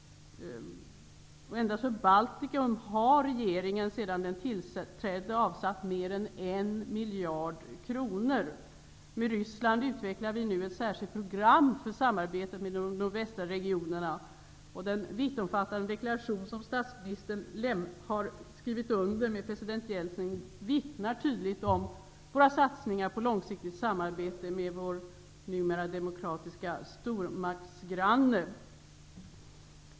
För Baltikum har regeringen sedan den tillträdde avsatt mer än en miljard kronor. Med Ryssland utvecklar vi nu ett särskilt program för samarbete med de västra regionerna. Den vittomfattande deklarationen som statsministern har skrivit under med president Jeltsin vittnar tydligt om våra satsningar på långsiktigt samarbete med vår numera demokratiska stormaktsgranne.